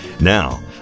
Now